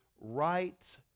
right